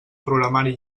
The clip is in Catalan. programari